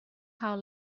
how